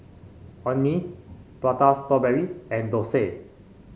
Orh Nee Prata Strawberry and dosa